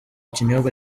kinyobwa